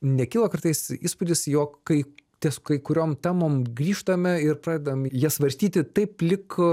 nekilo kartais įspūdis jog kai ties kai kuriom temom grįžtame ir pradedam jas svarstyti taip lyg